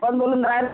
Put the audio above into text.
कोण बोलून राहिलं